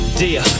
dear